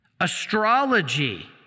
astrology